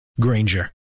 Granger